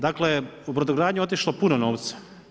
Dakle, u brodogradnju je otišlo puno novca.